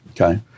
Okay